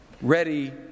ready